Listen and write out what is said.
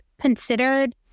considered